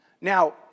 Now